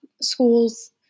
schools